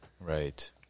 right